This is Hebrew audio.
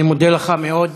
אני מודה לך מאוד.